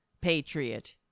patriot